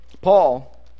Paul